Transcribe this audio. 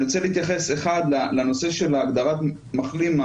אני רוצה להתייחס אחד לנושא של הגדרת מחלים,